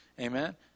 Amen